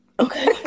Okay